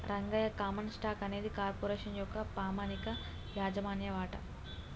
Rangayya common stock అనేది corporation యొక్క పామనిక యాజమాన్య వాట